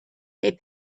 they